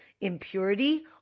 impurity